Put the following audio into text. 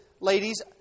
ladies